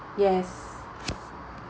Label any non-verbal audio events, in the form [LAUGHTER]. yes [NOISE]